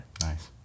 Nice